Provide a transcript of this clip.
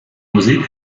musik